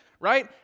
right